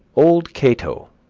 old cato,